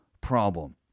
problem